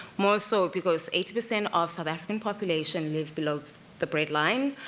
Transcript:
more so, because eighty percent of south african population live below the bread line,